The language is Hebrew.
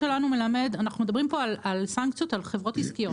אנחנו מדברים פה על סנקציות על חברות עסקיות.